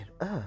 up